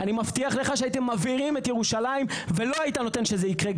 אני מבטיח לך שהייתם מבעירים את ירושלים ולא היית נותן שזה יקרה,